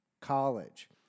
college